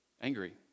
angry